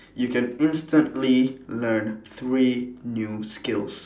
you can instantly learn three new skills